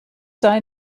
sei